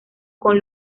con